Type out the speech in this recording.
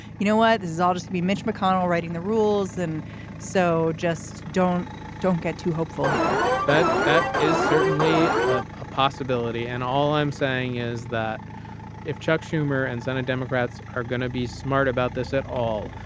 you know what? this is all just me, mitch mcconnell writing the rules and so just don't don't get too hopeful here that that is certainly a ah possibility. and all i'm saying is that if chuck schumer and senate democrats are going to be smart about this at all,